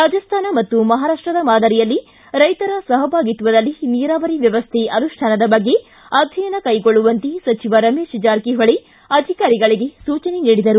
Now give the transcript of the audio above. ರಾಜಸ್ತಾನ ಮತ್ತು ಮಹಾರಾಷ್ಟದ ಮಾದರಿಯಲ್ಲಿ ರೈತರ ಸಹಭಾಗಿತ್ವದಲ್ಲಿ ನೀರಾವರಿ ವ್ಯವಸ್ಥೆ ಅನುಷ್ಠಾನದ ಬಗ್ಗೆ ಅಧ್ಯಯನ ಕೈಗೊಳ್ಳುವಂತೆ ಸಚಿವ ರಮೇಶ್ ಜಾರಕಿಹೊಳಿ ಅಧಿಕಾರಿಗಳಿಗೆ ಸೂಚನೆ ನೀಡಿದರು